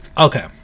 Okay